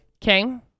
King